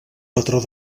patró